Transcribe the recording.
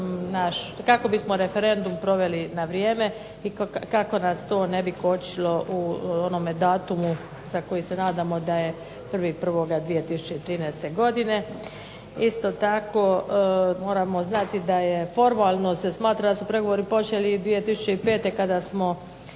kako bismo referendum proveli na vrijeme i kako nas to ne bi kočilo u onom datumu za koji se nadamo da je 1.1.2013. godine. Isto tako moramo znati da se formalno smatra da su pregovori počeli 2005. kada smo